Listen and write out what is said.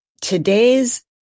today's